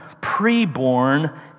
pre-born